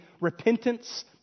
repentance